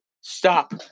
stop